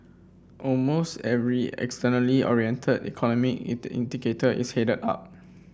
almost every externally oriented economy it indicator is head up